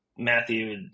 Matthew